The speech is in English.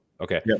Okay